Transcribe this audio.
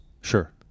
Sure